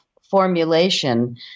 formulation